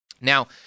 Now